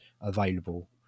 available